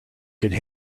could